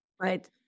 right